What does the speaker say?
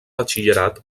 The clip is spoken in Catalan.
batxillerat